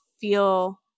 feel